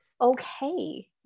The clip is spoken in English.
okay